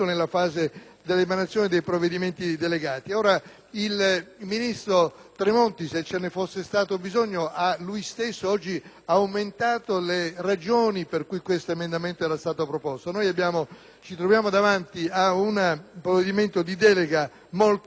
Tremonti, se ce ne fosse stato bisogno, ha lui stesso oggi rafforzato le ragioni per cui questo emendamento era stato proposto. Ci troviamo, infatti, di fronte ad un provvedimento di delega molto ampia e naturalmente è indefinito il numero dei decreti delegati,